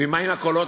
ומה עם מכולות?